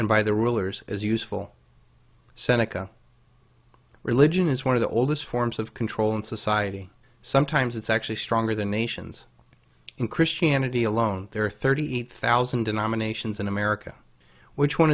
and by the rulers as useful seneca religion is one of the oldest forms of control in society sometimes it's actually stronger than nations in christianity alone there are thirty thousand denominate sins in america which one